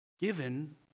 given